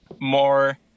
more